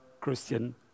Christian